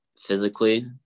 physically